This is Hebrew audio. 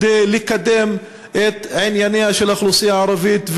כדי לקדם את ענייניה של האוכלוסייה הערבית,